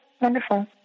wonderful